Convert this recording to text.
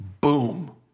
boom